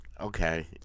okay